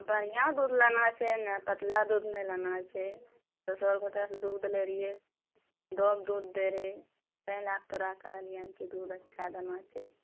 बढ़िआँ दूध लेना छै ने पतला दूध नहि लेना छै दोसर गोटा से दूध लै रहियै दब दूध दै रहै तहि लए कऽ तोरा कहलिअनि कि दूध अच्छा देना छै